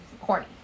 corny